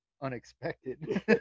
unexpected